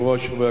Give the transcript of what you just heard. חברי הכנסת,